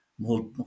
more